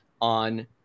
on